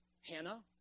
Hannah